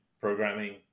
programming